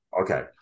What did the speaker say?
okay